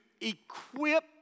equip